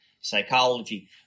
psychology